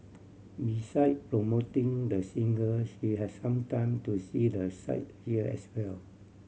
beside promoting the singer she had some time to see the sight here as well